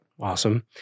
Awesome